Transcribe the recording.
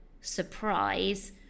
surprise